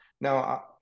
Now